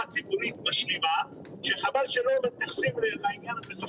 ציבורית משלימה שחבל שלא מתייחסים לעניין הזה.